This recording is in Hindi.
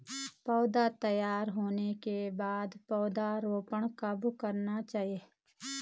पौध तैयार होने के बाद पौधा रोपण कब करना चाहिए?